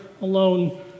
alone